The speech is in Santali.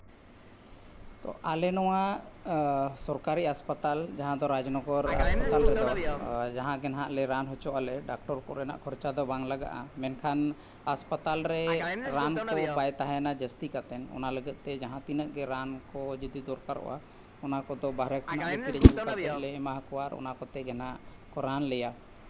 ᱛᱚ ᱟᱞᱮ ᱱᱚᱣᱟ ᱥᱚᱨᱠᱟᱨᱤ ᱦᱟᱸᱥᱯᱟᱛᱟᱞ ᱡᱟᱦᱟᱸᱫᱚ ᱨᱟᱡᱽᱱᱚᱜᱚᱨ ᱦᱟᱸᱥᱯᱟᱛᱟᱞ ᱨᱮᱫᱚ ᱡᱟᱦᱟᱸᱜᱮ ᱱᱟᱜᱼᱞᱮ ᱨᱟᱱ ᱦᱚᱪᱚᱜᱼᱟᱞᱮ ᱰᱟᱠᱴᱚᱨ ᱠᱚᱨᱮᱱᱟᱜ ᱠᱷᱚᱨᱪᱟ ᱫᱚ ᱵᱟᱝ ᱞᱟᱜᱟᱜᱼᱟ ᱢᱮᱱᱠᱷᱟᱱ ᱦᱟᱸᱥᱯᱟᱛᱟᱞ ᱨᱮ ᱨᱟᱱ ᱠᱚ ᱵᱟᱭ ᱛᱟᱦᱮᱱᱟ ᱡᱟᱹᱥᱛᱤ ᱠᱟᱛᱮᱫ ᱚᱱᱟ ᱞᱟᱹᱜᱤᱫᱛᱮ ᱡᱟᱦᱟᱸ ᱛᱤᱱᱟᱹᱜ ᱜᱮ ᱨᱟᱱ ᱠᱚ ᱡᱩᱫᱤ ᱫᱚᱨᱠᱟᱨᱚᱜᱼᱟ ᱚᱱᱟ ᱠᱚᱫᱚ ᱵᱟᱦᱨᱮ ᱠᱷᱚᱱᱟᱜ ᱜᱮ ᱠᱤᱨᱤᱧ ᱟᱹᱜᱩ ᱠᱟᱛᱮᱫ ᱞᱮ ᱮᱢᱟ ᱠᱚᱣᱟ ᱟᱨ ᱚᱱᱟ ᱠᱚᱛᱮᱜᱮ ᱦᱟᱸᱜ ᱠᱚ ᱨᱟᱱ ᱞᱮᱭᱟ